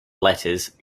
letters